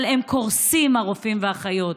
אבל הם קורסים, הרופאים והאחיות.